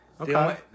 Okay